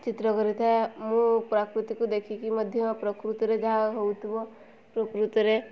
ଚିତ୍ର କରିଥାଏ ମୁଁ ପ୍ରକୃତିକୁ ଦେଖିକି ମଧ୍ୟ ପ୍ରକୃତିରେ ଯାହା ହେଉଥିବ ପ୍ରକୃତିରେ